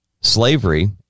slavery